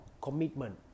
commitment